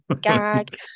gag